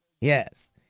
Yes